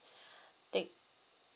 thank